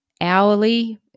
hourly